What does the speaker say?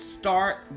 start